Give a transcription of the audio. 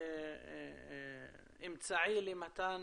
וכאמצעי למתן